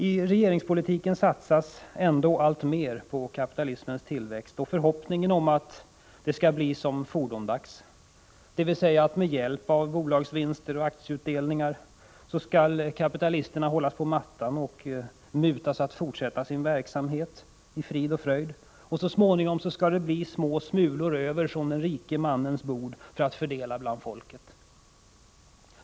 I regeringspolitiken satsas ändå allt på kapitalismens tillväxt och förhoppningen om att det skall bli som fordomdags — dvs. med hjälp av stora bolagsvinster och aktieutdelningar skall kapitalisterna hållas på mattan och mutas att fortsätta sin verksamhet i frid och fröjd. Så småningom skall det bli små smulor över från den rike mannens bord att fördela bland folket.